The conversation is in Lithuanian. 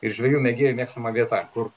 ir žvejų mėgėjų mėgstama vieta kur